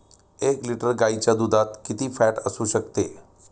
एक लिटर गाईच्या दुधात किती फॅट असू शकते?